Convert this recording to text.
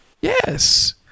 Yes